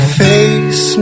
face